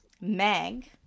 Meg